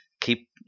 Keep